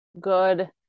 good